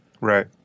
Right